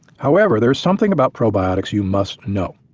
however, there is something about probiotics you must know.